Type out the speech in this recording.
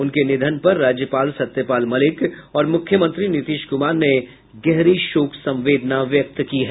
उनके निधन पर राज्यपाल सत्यपाल मलिक और मुख्यमंत्री नीतीश कुमार ने गहरी शोक संवेदना व्यक्त की है